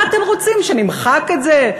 מה אתם רוצים, שנמחק את זה?